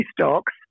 stocks